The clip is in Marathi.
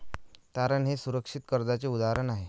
तारण हे सुरक्षित कर्जाचे उदाहरण आहे